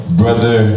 brother